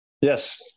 Yes